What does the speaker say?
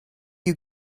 you